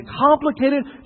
complicated